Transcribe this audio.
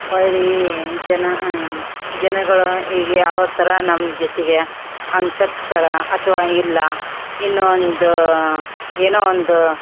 ಹೊಳ್ಳೀ ಜನ ಜನಗಳು ಹೀಗೆ ಯಾವ್ಯಾವ ಥರ ನಮ್ಮ ಜೊತೆಗೆ ಅನ್ಸರ್ಸ್ತಾರೆ ಅಥವಾ ಇಲ್ಲ ಇನ್ನೂ ಒಂದು ಏನೋ ಒಂದು